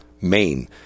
Maine